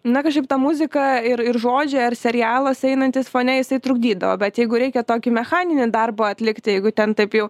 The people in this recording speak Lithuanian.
na kažkaip ta muzika ir ir žodžiai ar serialas einantis fone jisai trukdydavo bet jeigu reikia tokį mechaninį darbą atlikti jeigu ten taip jau